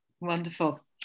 Wonderful